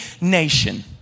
nation